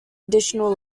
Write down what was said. additional